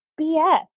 BS